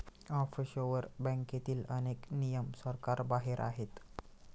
offshore बँकेतील अनेक नियम सरकारबाहेर आहेत